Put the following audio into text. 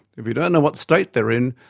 if you don't know what state they're in,